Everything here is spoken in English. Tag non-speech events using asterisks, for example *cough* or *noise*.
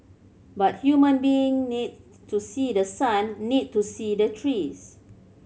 but human being need *unintelligible* to see the sun need to see the trees